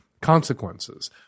consequences